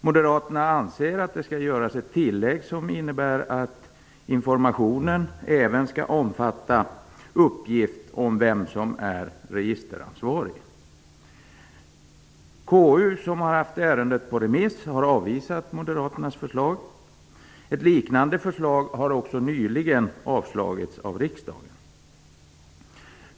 Moderaterna anser att det skall göras ett tillägg som innebär att informationen även skall omfatta uppgift om vem som är registeransvarig. KU, som har haft ärendet på remiss, har avvisat moderaternas förslag. Ett liknande förslag har nyligen avslagits av riksdagen.